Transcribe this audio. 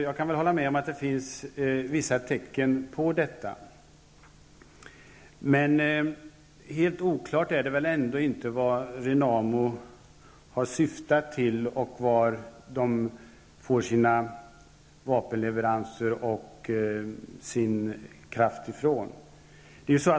Jag kan hålla med om att det finns vissa tecken som tyder på detta, men helt oklart är det väl ändå inte vad Renamo har syftat till och varifrån man får sina vapenleveranser och sin kraft.